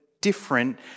different